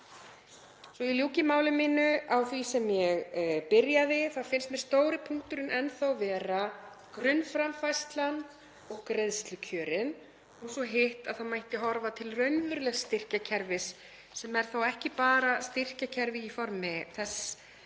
Svo ég ljúki máli mínu á því sem ég byrjaði á þá finnst mér stóri punkturinn enn vera grunnframfærslan og greiðslukjörin, og svo hitt, að það mætti horfa til raunverulegs styrkjakerfis sem er þá ekki bara styrkjakerfi í formi